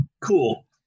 Cool